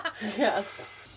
Yes